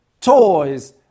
toys